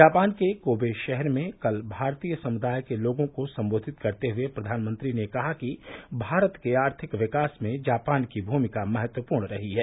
Japan के Kobe शहर में कल भारतीय समुदाय के लोगों को संबोधित करते हुए प्रधानमंत्री ने कहा कि भारत के आर्थिक विकास में जापान की भूमिका महत्वपूर्ण रही है